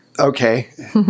Okay